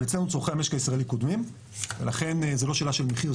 אבל אצלנו צרכי המשק הישראלי קודמים לכן זו לא שאלה של מחיר,